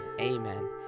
Amen